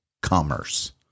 commerce